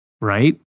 right